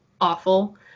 awful